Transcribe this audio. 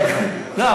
לא,